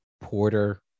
porter